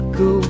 go